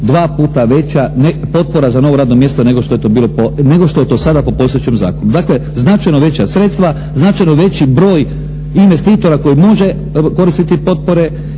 2 puta veća ne potpora za novo radno mjesto nego što je to bilo po, nego što je to sada po postojećem zakonu. Dakle, značajno veća sredstva, značajno veći broj investitora koji može koristiti potpore